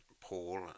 Paul